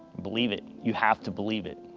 believe it. you have to believe it.